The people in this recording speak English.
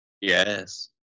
Yes